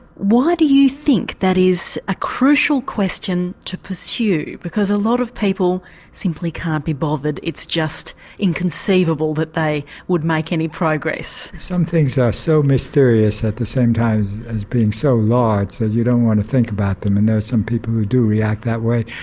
why do you think that is a crucial question to pursue, because a lot of people simply can't be bothered, it's just inconceivable that they would make any progress. some things are so mysterious at the same time as being so large, that you don't want to think about them and there's some people who do react that way.